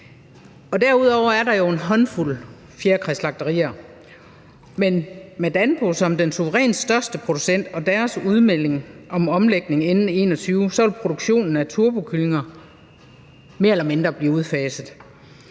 Derudover er der jo en håndfuld fjerkræslagterier. Men med Danpo som den suverænt største producent og deres udmelding om en omlægning inden udgangen af 2021 vil produktionen af turbokyllinger mere eller mindre blive udfaset,